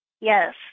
yes